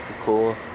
Cool